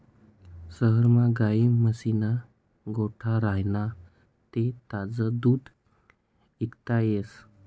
शहरमा गायी म्हशीस्ना गोठा राह्यना ते ताजं दूध इकता येस